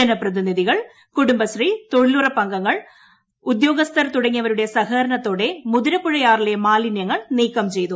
ജനപ്രതിനിധികൾ കുടുംബശ്രീ തൊഴിലുറപ്പ് അംഗങ്ങൾ ഉദ്യോഗസ്ഥർ തുടങ്ങിയവരുടെ സഹകരണത്തോടെ മുതിരപ്പുഴയാറിലെ മാലിനൃങ്ങൾ നീക്കം ചെയ്തു